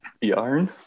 Yarn